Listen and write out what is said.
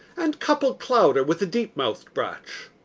and couple clowder with the deep-mouth'd brach.